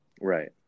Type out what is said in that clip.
Right